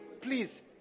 please